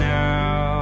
now